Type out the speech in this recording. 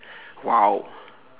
!wow!